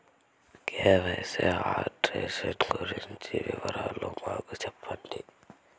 KYC updation గురించి పూర్తి వివరాలు మాకు సెప్తారా?